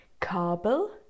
Kabel